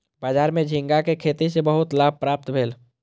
बजार में झींगा के खेती सॅ बहुत लाभ प्राप्त भेल